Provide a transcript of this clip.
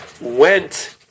went